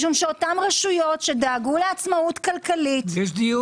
משום שאותן רשויות שדאגו לעצמאות כלכלית- -- יש דיון על זה.